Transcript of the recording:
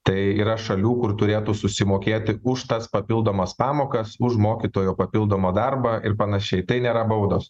tai yra šalių kur turėtų susimokėti už tas papildomas pamokas už mokytojo papildomą darbą ir panašiai tai nėra baudos